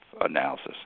analysis